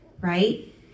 right